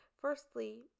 Firstly